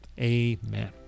Amen